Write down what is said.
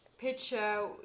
picture